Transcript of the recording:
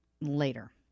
later